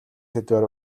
сэдвээр